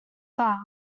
dda